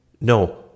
no